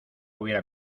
hubiera